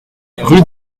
rue